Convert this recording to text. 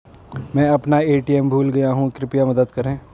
मैं अपना ए.टी.एम भूल गया हूँ, कृपया मदद करें